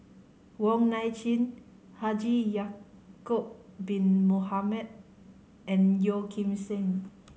Wong Nai Chin Haji Ya'acob Bin Mohamed and Yeo Kim Seng